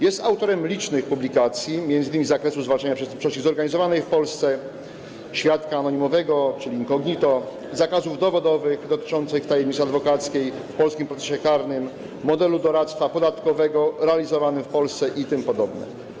Jest autorem licznych publikacji, m.in. z zakresu zwalczania przestępczości zorganizowanej w Polsce, świadka anonimowego, czyli incognito, zakazów dowodowych dotyczących tajemnicy adwokackiej w polskim procesie karnym, modelu doradztwa podatkowego realizowanego w Polsce itp.